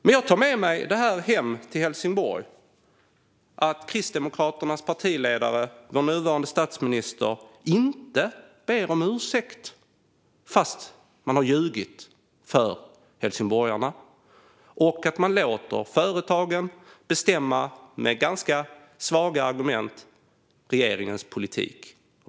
Men jag tar med mig hem till Helsingborg att Kristdemokraternas partiledare och vår nuvarande statsminister inte ber om ursäkt fastän de ljugit för helsingborgarna och låter företagen - med ganska svaga argument - bestämma regeringens politik.